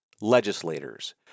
legislators